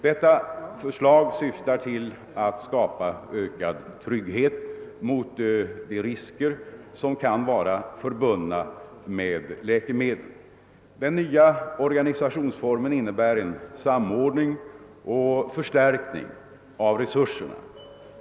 Detta förslag syftar till att skapa ökad trygghet mot de risker som kan vara förbundna med läkemedlen. Den nya organisationsformen innebär en samordning och förstärkning av resurserna.